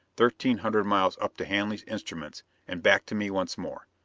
thirteen hundred miles up to hanley's instruments and back to me once more.